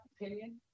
opinion